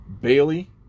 bailey